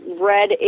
red